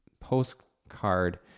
postcard